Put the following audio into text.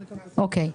אוקיי.